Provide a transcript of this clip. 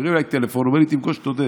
הוא הרים אליי טלפון ואמר לי: תפגוש את עודד.